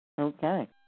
Okay